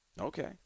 Okay